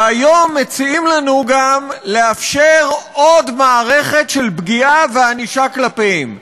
והיום מציעים לנו גם לאפשר עוד מערכת של פגיעה וענישה כלפיהם.